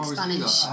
Spanish